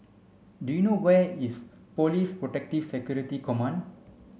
do you know where is Police Protective Security Command